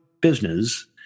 business